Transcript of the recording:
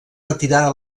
retirada